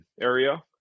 area